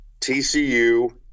TCU